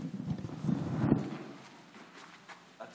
מי